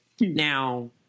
Now